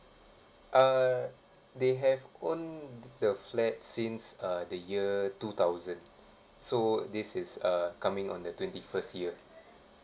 uh they have owned the flat since uh the year two thousand so this is uh coming on the twenty first year